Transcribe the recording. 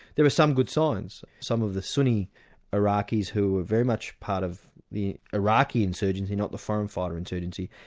there are some good signs. some of the sunni iraqis who were very much part of the iraqi insurgency, not the foreign fighter insurgency,